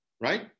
right